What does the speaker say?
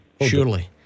Surely